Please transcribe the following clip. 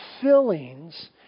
fillings